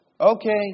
okay